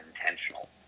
intentional